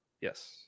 Yes